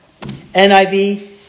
NIV